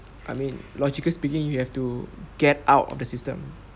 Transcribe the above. I mean logically speaking you have to get out of the system